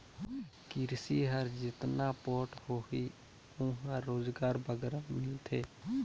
किरसी हर जेतना पोठ होही उहां रोजगार बगरा मिलथे